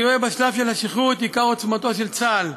אני רואה בשלב של השחרור את עיקר עוצמתו של צה"ל,